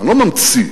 לא ממציא.